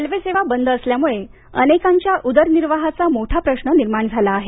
railway सेवा बंद असल्यामुळे अनेकांच्या उदरनिर्वाहाचा मोठा प्रश्न निर्माण झाला आहे